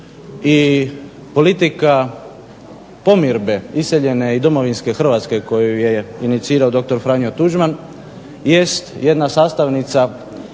i politika pomirbe iseljene i domovinske Hrvatske koju je inicirao dr. Franjo Tuđman jest jedna sastavnica